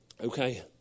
Okay